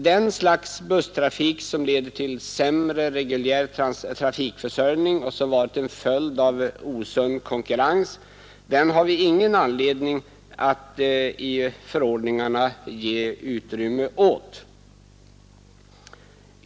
Det slags busstrafik som leder till sämre reguljär trafikförsörjning och som varit en följd av osund konkurrens har vi ingen anledning att i förordningarna ge utrymme åt.